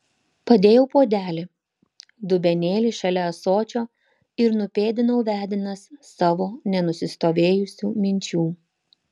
padėjau puodelį dubenėlį šalia ąsočio ir nupėdinau vedinas savo nenusistovėjusių minčių